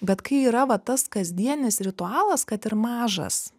bet kai yra va tas kasdienis ritualas kad ir mažas